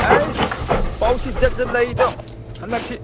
ꯑꯩꯁ ꯄꯥꯎꯁꯤ ꯖꯥꯠ ꯖꯥꯠ ꯂꯩꯗ ꯍꯟꯗꯛꯁꯤ